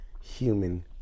human